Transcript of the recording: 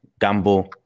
gamble